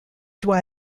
doit